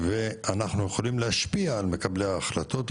אנחנו יכולים להשפיע על מקבלי ההחלטות,